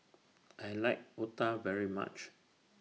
I like Otah very much